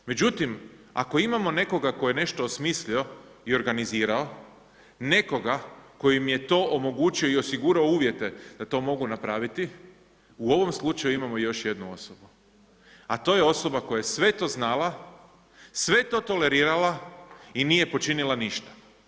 Međutim, ako imamo nekoga tko je nešto osmislio i organizirao, nekoga tko im je to omogućio i osigurao uvjete da to mogu napraviti, u ovom slučaju imamo još jednu osobu, a to je osoba koja je sve to znala, sve to tolerirala i nije počinila ništa.